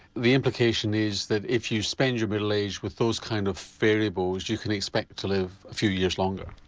the implication is that if you spend your middle age with those kind of variables you can expect to live a few years longer?